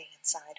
inside